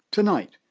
tonight,